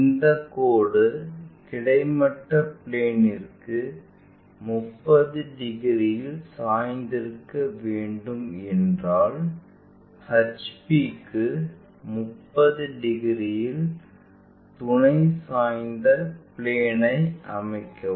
இந்த கோடு கிடைமட்ட பிளேன்ற்கு 30 டிகிரியில் சாய்ந்திருக்க வேண்டும் என்பதால் HP க்கு 30 டிகிரியில் துணை சாய்ந்த பிளேன்ஐ அமைக்கவும்